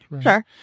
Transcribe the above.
Sure